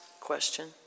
question